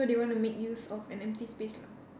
so they wanna make use of an empty space lah